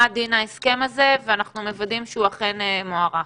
דין ההסכם הזה ואנחנו מוודאים שהוא אכן הוארך,